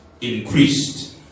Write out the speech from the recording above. Increased